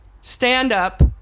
stand-up